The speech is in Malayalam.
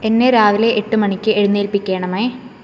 എന്നെ രാവിലെ എട്ട് മണിക്ക് എഴുന്നേൽപ്പിക്കേണമേ